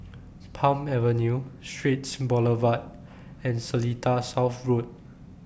Palm Avenue Straits Boulevard and Seletar South Road